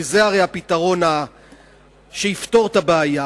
כי הרי זה הפתרון שיפתור את הבעיה,